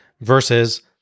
versus